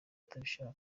atabishaka